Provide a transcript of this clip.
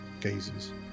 gazes